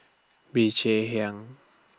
Bee Cheng Hiang